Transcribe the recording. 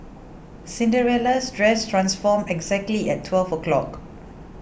Cinderella's dress transformed exactly at twelve o'clock